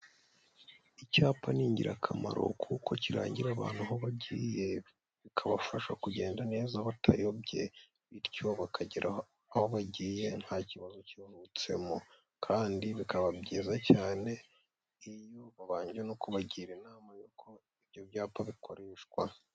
Icyapa ni ingirakamaro kuko kirangira abantu aho bagiye, bikabafasha kugenda neza batayobye, bityo bakagera aho bagiye nta kibazo kivutsemo. Kandi bikaba byiza cyane iyo babanje no kubagira inama yo gukora ibyo byapa bikoreshwa.